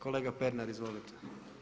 Kolega Pernar, izvolite.